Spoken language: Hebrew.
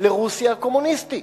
לרוסיה הקומוניסטית.